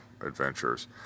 adventures